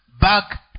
back